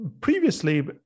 previously